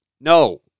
no